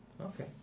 Okay